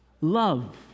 Love